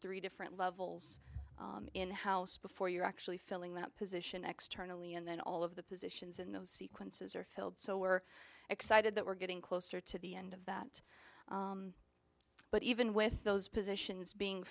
three different levels in house before you're actually filling that position externally and then all of the positions in those sequences are filled so we're excited that we're getting closer to the end of that but even with those positions being